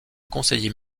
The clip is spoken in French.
conseiller